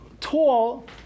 tall